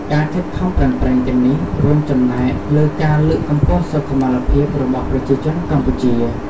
ការខិតខំប្រឹងប្រែងទាំងនេះរួមចំណែកលើការលើកកម្ពស់សុខុមាលភាពរបស់ប្រជាជនកម្ពុជា។